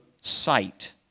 sight